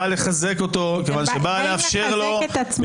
בא לחזק אותו -- אתם באים לחזק את עצמכם.